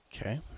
Okay